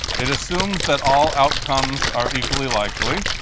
it assumes that all outcomes are equally likely.